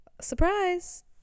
surprise